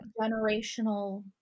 generational